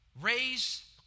raise